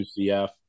UCF